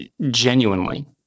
genuinely